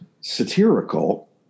satirical